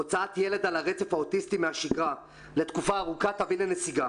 הוצאת ילד על הרצף האוטיסטי מהשגרה לתקופה ארוכה תביא לנסיגה.